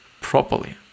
properly